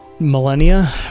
millennia